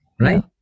Right